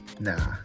Nah